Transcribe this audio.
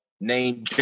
name